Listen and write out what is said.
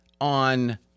on